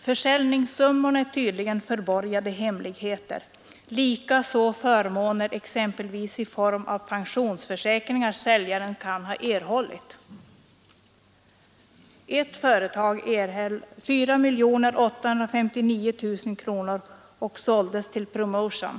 Försäljningssummorna är tydligen förborgade, likaså de förmåner exempelvis i form pensionsförsäkringar som säljare kan ha erhållit. Ett företag erhöll 4 859 000 och såldes till Promotion.